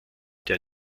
der